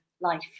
life